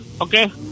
Okay